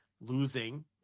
losing